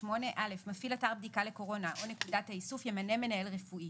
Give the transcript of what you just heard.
8. מפעיל אתר בדיקה לקורונה או נקודת האיסוף ימנה מנהל רפואי,